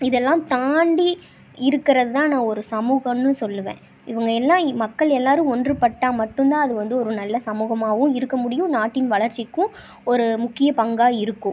இதெல்லாம் தாண்டி இருக்கிறது தான் நான் ஒரு சமூகம்னு சொல்வேன் இவங்க எல்லாம் மக்கள் எல்லோரும் ஒன்றுப்பட்டால் மட்டும் தான் அது வந்து ஒரு நல்ல சமூகமாகவும் இருக்க முடியும் நாட்டின் வளர்ச்சிக்கும் ஒரு முக்கிய பங்காக இருக்கும்